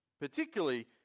Particularly